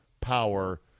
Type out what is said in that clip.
power